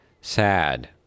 sad